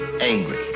angry